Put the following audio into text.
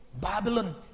Babylon